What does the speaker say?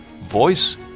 voice